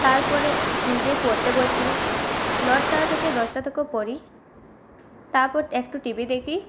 তারপরে নিজে পড়তে বসি নটা থেকে দশটা থেকে পড়ি তারপর একটু টিভি দেখি